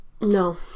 no